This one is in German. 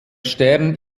stern